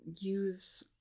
use